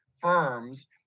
firms